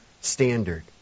standard